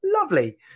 Lovely